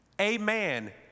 amen